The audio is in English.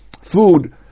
food